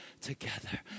together